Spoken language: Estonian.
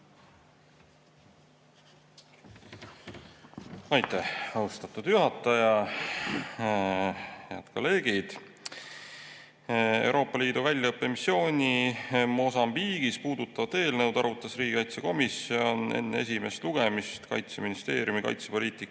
Aitäh, austatud juhataja! Head kolleegid! Euroopa Liidu väljaõppemissiooni Mosambiigis puudutavat eelnõu arutas riigikaitsekomisjon enne esimest lugemist Kaitseministeeriumi kaitsepoliitika